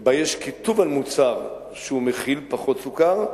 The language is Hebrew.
שבה כתוב על מוצר שהוא מכיל פחות סוכר,